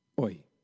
oi